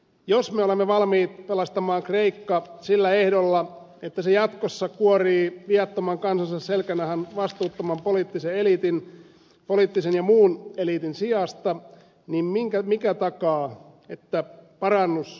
jos me olemme valmiit pelastamaan kreikan sillä ehdolla että se jatkossa kuorii viattoman kansansa selkänahan vastuuttoman poliittisen ja muun eliitin sijasta niin mikä takaa että parannus todella tapahtuu